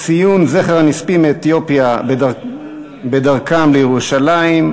ציון זכר יהודי אתיופיה שנספו בדרכם לירושלים,